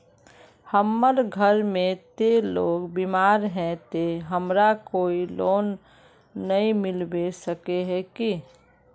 हमर घर में ते लोग बीमार है ते हमरा कोई लोन नय मिलबे सके है की?